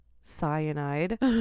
cyanide